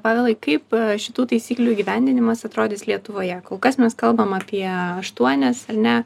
pavelai kaip šitų taisyklių įgyvendinimas atrodys lietuvoje kol kas mes kalbam apie aštuonias ar ne